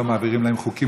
לא מעבירים להם חוקים,